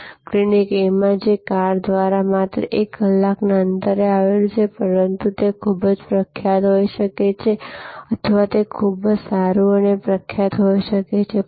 અને clinic A માં જે કાર દ્વારા માત્ર 1 કલાકના અંતરે આવેલું છે પરંતુ તે ખૂબ પ્રખ્યાત હોઈ શકે છે અથવા તે ખૂબ જ સારું અને ખૂબ પ્રખ્યાત હોઈ શકે છે